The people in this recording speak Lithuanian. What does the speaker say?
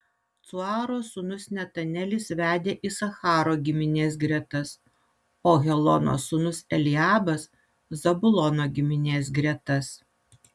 cuaro sūnus netanelis vedė isacharo giminės gretas o helono sūnus eliabas zabulono giminės gretas